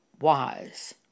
wise